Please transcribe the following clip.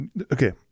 Okay